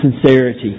sincerity